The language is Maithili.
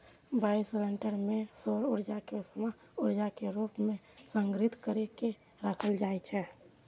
बायोशेल्टर मे सौर ऊर्जा कें उष्मा ऊर्जा के रूप मे संग्रहीत कैर के राखल जाइ छै